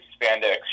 spandex